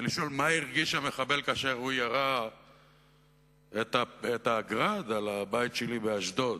ולשאול: מה הרגיש המחבל כאשר הוא ירה את ה"גראד" על הבית שלי באשדוד?